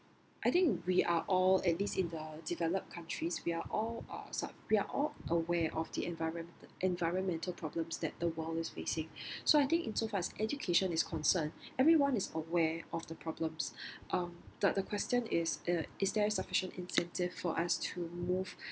I think we are all at least in the developed countries we are all uh we are all aware of the environment environmental problems that the world is facing so I think in so far as education is concerned everyone is aware of the problems um the question is is there sufficient incentive for us to move